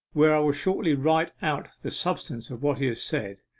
where i will shortly write out the substance of what he has said,